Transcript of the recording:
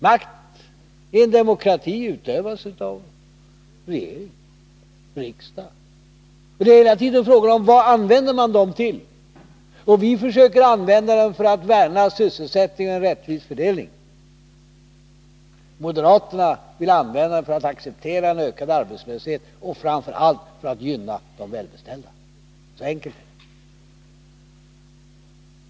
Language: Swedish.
Makt i en demokrati utövas av regering och riksdag, och det är hela tiden fråga om vad man använder den till. Vi försöker använda den till att värna sysselsättning och rättvis fördelning. Moderaterna vill använda den för att acceptera en ökad arbetslöshet och framför allt för att gynna de välbeställda. Så enkelt är det.